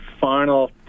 final